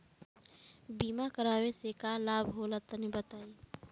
बीमा करावे से का लाभ होला तनि बताई?